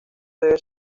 debe